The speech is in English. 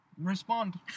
respond